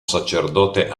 sacerdote